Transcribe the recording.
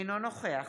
אינו נוכח